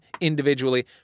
individually